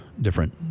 different